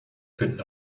könnten